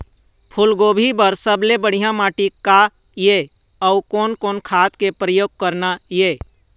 फूलगोभी बर सबले बढ़िया माटी का ये? अउ कोन कोन खाद के प्रयोग करना ये?